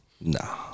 no